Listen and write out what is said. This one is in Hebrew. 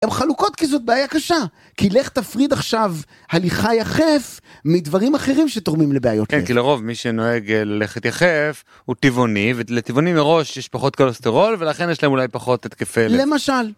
הם חלוקות כי זאת בעיה קשה, כי לך תפריד עכשיו הליכה יחף מדברים אחרים שתורמים לבעיות. כן, כי לרוב מי שנוהג ללכת יחף הוא טבעוני, ולטבעוני מראש יש פחות כולוסטרול ולכן יש להם אולי פחות התקפי לב. למשל.